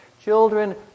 Children